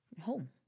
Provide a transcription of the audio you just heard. Home